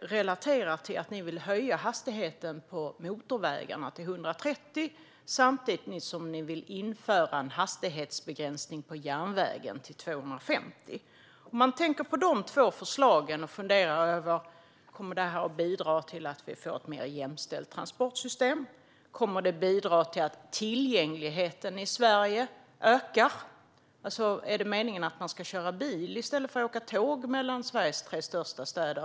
relaterar till att ni vill höja hastigheten på motorvägarna till 130 samtidigt som ni vill införa en hastighetsbegränsning på 250 på järnvägen. När det gäller de två förslagen kan man fundera över: Kommer detta att bidra till att vi får ett mer jämställt transportsystem? Kommer det att bidra till att tillgängligheten i Sverige ökar? Är det meningen att man ska köra bil i stället för att åka tåg mellan Sveriges tre största städer?